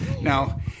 now